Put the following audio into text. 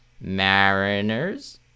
Mariners